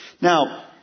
Now